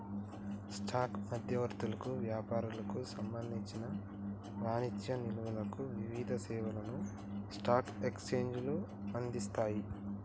stock మధ్యవర్తులకు, వ్యాపారులకు సంబంధించిన వాణిజ్య నిల్వలకు వివిధ సేవలను స్టాక్ ఎక్స్చేంజ్లు అందిస్తయ్